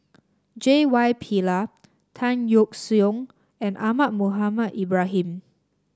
J Y Pillay Tan Yeok Seong and Ahmad Mohamed Ibrahim